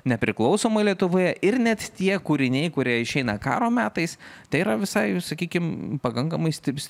nepriklausomoj lietuvoje ir net tie kūriniai kurie išeina karo metais tai yra visai sakykim pakankamai stipri